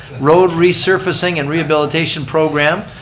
road resurfacing and rehabilitation program.